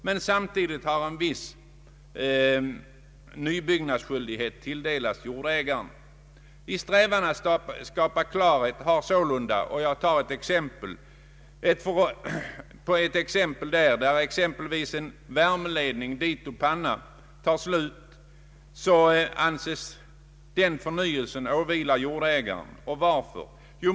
Men samtidigt har en viss nybyggnadsskyldighet tilldelats jordägaren. I strävan att skapa klarhet har sålunda föreslagits att när exempelvis en värmeledning respektive panna tar slut skall nyanskaffandet anses åvila jordägaren.